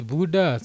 Buddha